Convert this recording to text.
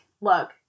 look